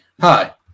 hi